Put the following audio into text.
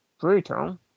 brutal